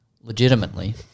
Legitimately